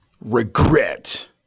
regret